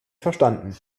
verstanden